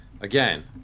Again